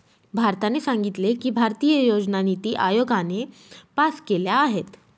भारताने सांगितले की, भारतीय योजना निती आयोगाने पास केल्या आहेत